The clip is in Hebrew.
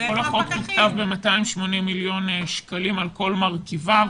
כל החוק תוקצב ב-280 מיליון שקלים על כל מרכיביו.